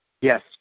yes